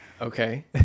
Okay